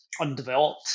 Undeveloped